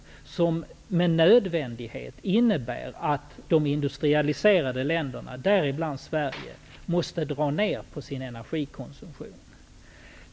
Det innebär med nödvändighet att de industrialiserade länderna, däribland Sverige, måste dra ner på sin energikonsumtion.